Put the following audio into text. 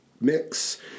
mix